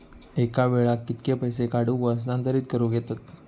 एका वेळाक कित्के पैसे काढूक व हस्तांतरित करूक येतत?